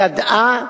ידעה,